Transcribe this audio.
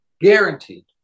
Guaranteed